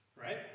Right